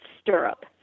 Stirrup